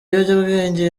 ibiyobyabwenge